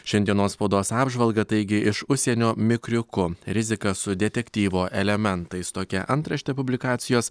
šiandienos spaudos apžvalgą taigi iš užsienio mikriuku rizika su detektyvo elementais tokia antraštė publikacijos